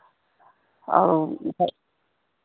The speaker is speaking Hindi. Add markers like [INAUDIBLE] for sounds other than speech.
और [UNINTELLIGIBLE]